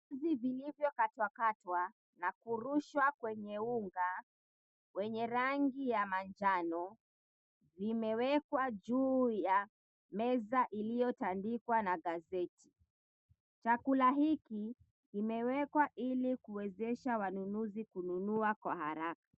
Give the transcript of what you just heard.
Hivi vilivyokatwakatwa na kurushwa kwenye unga wenye rangi ya manjano vimewekwa juu ya meza iliyotandikwa na gazeti. Chakula hiki kimewekwa ili kuwezesha wanunuzi kununua kwa haraka.